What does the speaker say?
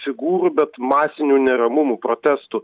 figūrų bet masinių neramumų protestų